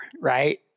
Right